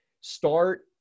Start